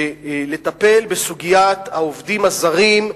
לטפל בסוגיית העובדים הזרים,